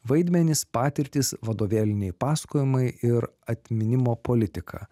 vaidmenys patirtys vadovėliniai pasakojimai ir atminimo politika